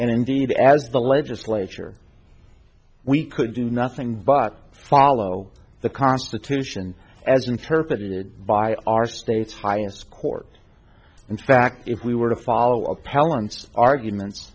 and indeed as the legislature we could do nothing but follow the constitution as interpreted by our state's highest court in fact if we were to follow appellants arguments